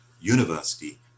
university